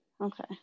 Okay